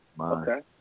okay